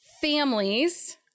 families